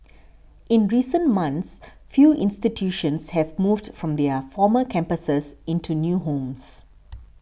in recent months few institutions have moved from their former campuses into new homes